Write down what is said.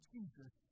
Jesus